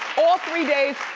all three days,